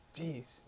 Jeez